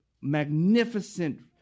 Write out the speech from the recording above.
magnificent